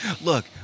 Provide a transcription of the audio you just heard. Look